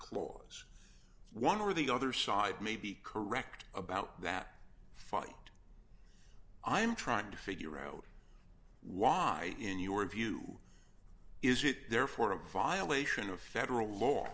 clause one or the other side may be correct about that fight i'm trying to figure out why in your view is it therefore a violation of federal law